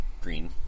green